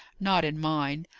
not in mine.